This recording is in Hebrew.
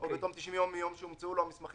האמורים בסעיף 18כו(1)